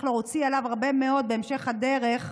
להוציא עליו הרבה מאוד בהמשך הדרך,